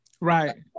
Right